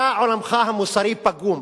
אתה, עולמך המוסרי פגום.